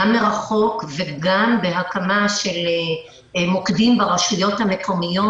גם מרחוק וגם בהקמה של מוקדים ברשויות המקומיות.